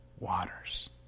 waters